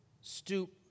stoop